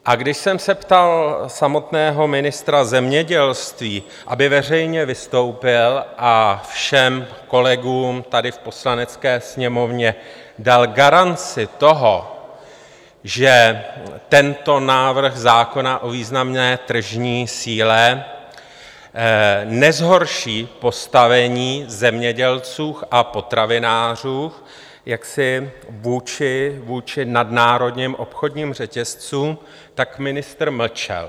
A když jsem se ptal samotného ministra zemědělství, aby veřejně vystoupil a všem kolegům tady v Poslanecké sněmovně dal garanci toho, že tento návrh zákona o významné tržní síle nezhorší postavení zemědělců a potravinářů vůči nadnárodním obchodním řetězcům, tak ministr mlčel.